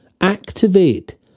Activate